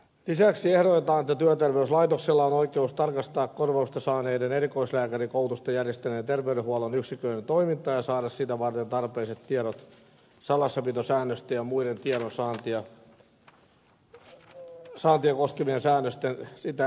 lisäksi ehdotetaan että työterveyslaitoksella on oikeus tarkastaa korvausta saaneiden erikoislääkärikoulutusta järjestäneiden terveydenhuollon yksiköiden toimintaa ja saada sitä varten tarpeelliset tiedot salassapitosäännösten ja muiden tiedonsaantia koskevien säännösten sitä estämättä